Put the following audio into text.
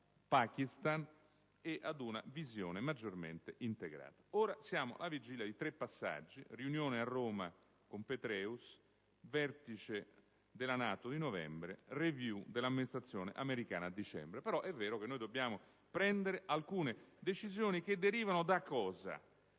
e ad una visione maggiormente integrata. Adesso siamo alla vigilia di tre passaggi: riunione a Roma con Petraeus, Vertice della NATO a novembre, *review* dell'amministrazione americana a dicembre; però è anche vero che dobbiamo prendere alcune decisioni che derivano dal